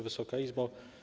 Wysoka Izbo!